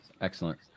Excellent